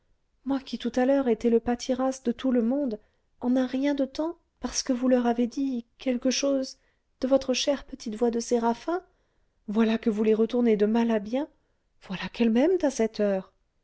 moi qui tout à l'heure étais le pâtiras de tout le monde en un rien de temps parce que vous leur avez dit quelque chose de votre chère petite voix de séraphin voilà que vous les retournez de mal à bien voilà qu'elles m'aiment à cette heure